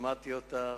שמעתי אותך,